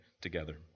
together